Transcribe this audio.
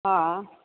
हॅं